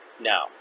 Now